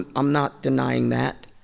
i'm not denying that.